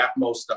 Atmos